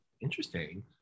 Interesting